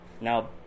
Now